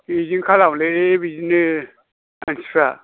बिदिनो खालामोलै बिदिनो मानसिफ्रा